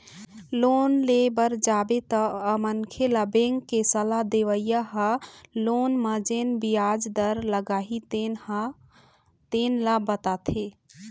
loan ले बर जाबे तअमनखे ल बेंक के सलाह देवइया ह लोन म जेन बियाज दर लागही तेन ल बताथे